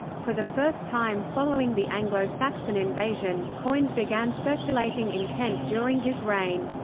for the first time following the anglo-saxon invasion, coins began circulating in kent during his reign.